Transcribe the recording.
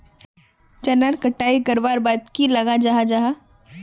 चनार कटाई करवार बाद की लगा जाहा जाहा?